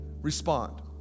respond